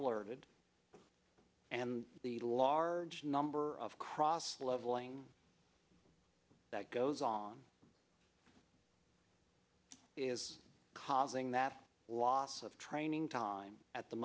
alerted and the large number of cross leveling that goes on is causing that loss of training time at the